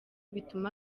bituma